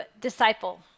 disciple